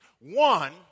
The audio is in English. One